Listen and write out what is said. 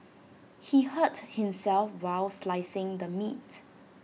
he hurt himself while slicing the meat